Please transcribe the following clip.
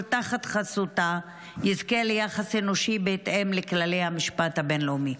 תחת חסותה יזכה ליחס אנושי בהתאם לכללי המשפט הבין-לאומי.